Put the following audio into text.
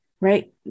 right